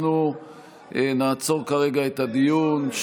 אנחנו נעצור כרגע את הדיון,